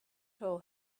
hole